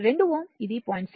2 Ω ఇది 0